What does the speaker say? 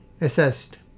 assessed